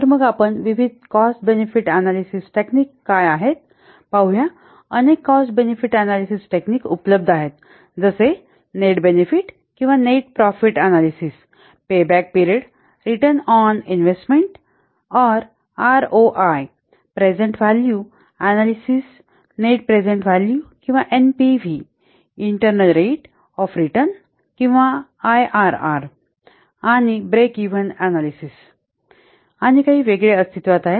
तर मग आपण विविध कॉस्ट बेनेफिट अनॅलिसिस टेक्निक काय आहेत पाहूया अनेक कॉस्ट बेनेफिट अनॅलिसिस टेक्निक उपलब्ध आहेत जसे नेट बेनेफिट किंवा net profit analysis payback period return on investment or R O I Return on Investment or ROI present value analysis net present value किंवा N P V internal rate of return किंवा I R R आणि break even analysis आणि काही वेगळे अस्तित्वात आहे